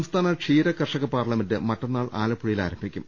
സംസ്ഥാന ക്ഷീര കർഷക പാർലമെന്റ് മറ്റന്നാൾ ആലപ്പുഴയിൽ ആരംഭിക്കും